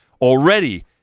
Already